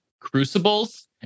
Crucibles